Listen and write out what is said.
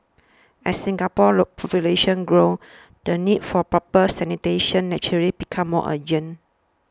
as Singapore's low population grew the need for proper sanitation naturally became more urgent